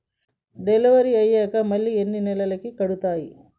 Delivery అయ్యాక మళ్ళీ ఎన్ని నెలలకి కడుతాయి?